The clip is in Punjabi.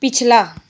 ਪਿਛਲਾ